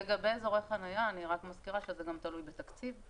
לגבי אזורי חנייה אני רק מזכירה שזה גם תלוי בתקציב.